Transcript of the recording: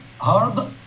hard